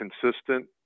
consistent